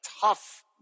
tough